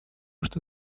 что